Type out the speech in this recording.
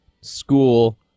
school